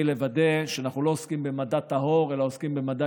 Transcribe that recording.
לוודא שאנחנו לא עוסקים במדע טהור אלא עוסקים במדע